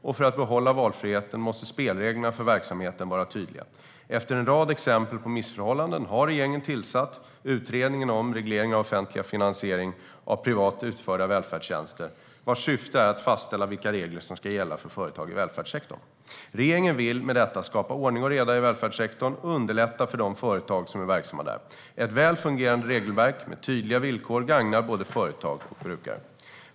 Och för att behålla valfriheten måste spelreglerna för verksamheterna vara tydliga. Efter en rad exempel på missförhållanden har regeringen tillsatt Utredningen om reglering av offentlig finansiering av privat utförda välfärdstjänster, vars syfte är att fastställa vilka regler som ska gälla för företag i välfärdssektorn. Regeringen vill med detta skapa ordning och reda i välfärdssektorn och underlätta för de företag som är verksamma där. Ett väl fungerande regelverk med tydliga villkor gagnar både företag och brukare.